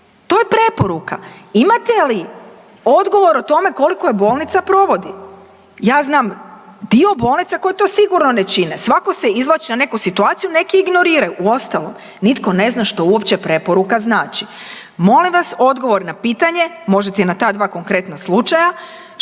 To je preporuka. Imate li odgovor o tome koliko je bolnica provodi. Ja znam dio bolnica koje to sigurno ne čine. Svako se izvlači na neku situaciju, neki ignoriraju. Uostalom nitko ne zna što uopće preporuka znači. Molim vas odgovor na pitanje, možete i na ta dva konkretna slučaja